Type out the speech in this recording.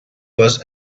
was